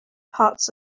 parts